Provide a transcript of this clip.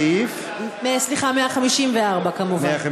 אני קובע כי סעיף 152 אושר,